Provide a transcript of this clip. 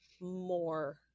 more